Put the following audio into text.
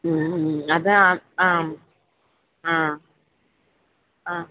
മ്മ് മ്മ് അത് ആ ആ ആ അ